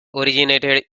originated